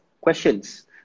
questions